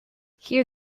here